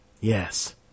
Yes